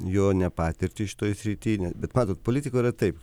jo ne patirtį šitoj srity bet matot politikoj yra taip